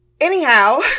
Anyhow